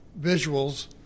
visuals